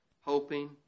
hoping